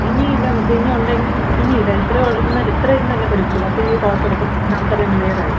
ഇനി ഇല്ല മിസ്സെ ഇനി ഉണ്ടെങ്കിൽ ഇനി ഇടാ ഇത്ര ഒൾ ഇന്നലെ ഇത്ര ഇന്നല്ലെ പഠിപ്പിച്ചൊള്ളു അപ്പം ഇത് കുഴപ്പമില്ല ഇപ്പം ഡൗട്ടെല്ലാം ക്ലിയറായി